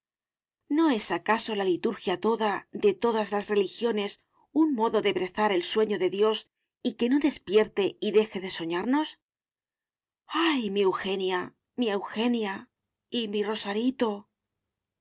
no es acaso la liturgia toda de todas las religiones un modo de brezar el sueño de dios y que no despierte y deje de soñarnos ay mi eugenia mi eugenia y mi rosarito